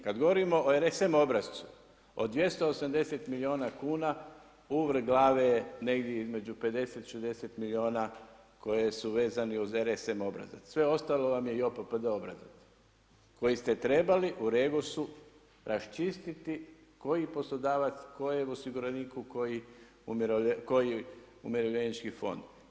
Kada govorimo o R-Sm obrascu o 280 milijuna kuna uvrh glave je negdje između 50, 60 milijuna koje su vezane uz R-Sm obrazac, sve ostalo vam je i JOPPD obrazac koji ste trebali u Regosu raščistiti koji poslodavac, kojem osiguraniku, koji umirovljenički fond.